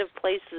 places